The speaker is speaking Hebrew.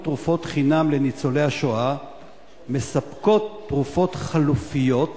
תרופות חינם לניצולי השואה מספקות תרופות חלופיות